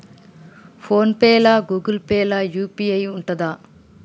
Phone pay లా Google Pay లా UPI ఉంటదా?